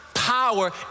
power